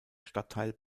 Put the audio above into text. stadtteil